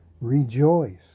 Rejoice